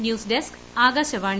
news desk Akashvani